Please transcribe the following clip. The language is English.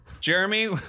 Jeremy